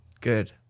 Good